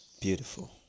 Beautiful